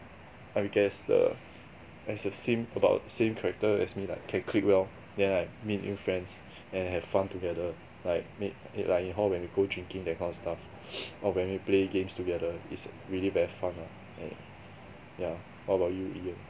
I will guess the as a same about same character as me like can click well then like meet new friends and have fun together like make and like in hall when we go drinking that kind of stuff or when we play games together it's really very fun ah um yeah what about you Ian